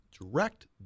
direct